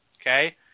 Okay